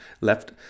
left